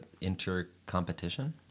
intercompetition